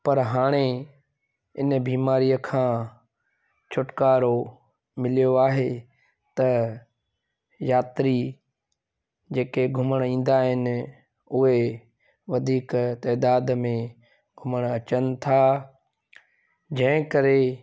पर हाणे हिन बीमारीअ खां छुटकारो मिलियो आहे त यात्री जेके घुमण ईंदा आहिनि उहे वधीक तादाद में घुमण अचनि था जंहिं करे